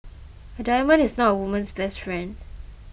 a diamond is not a woman's best friend